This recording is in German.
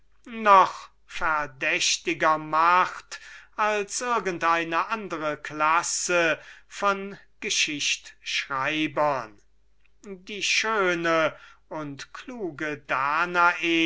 noch verdächtiger macht als irgend eine andre klasse von geschichtschreibern die schöne und kluge danae